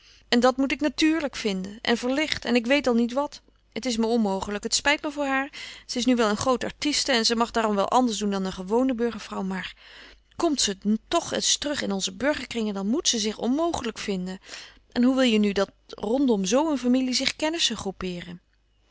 en dat moet ik natuurlijk vinden en verlicht en ik weet al niet wat het is me onmogelijk het spijt me voor haar ze is nu wel een groote artiste en ze mag daarom wel anders doen dan een gewone burgervrouw maar kmt ze toch eens terug in onze burgerkringen dan moet ze zich onmogelijk vinden en hoe wil je nu dat rondom zoo een familie zich kennissen groepeeren